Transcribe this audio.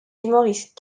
humoristes